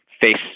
face